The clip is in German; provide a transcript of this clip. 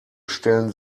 stellen